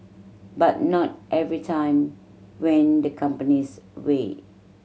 but not every time went the company's way